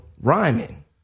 rhyming